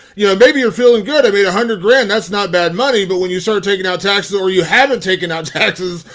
you know maybe you're feeling good, i made one hundred grand, that's not bad money. but when you start taking out taxes, or you haven't taken out taxes,